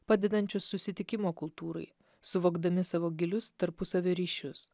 padedančius susitikimo kultūrai suvokdami savo gilius tarpusavio ryšius